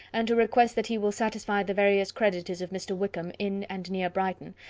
and to request that he will satisfy the various creditors of mr. wickham in and near brighton,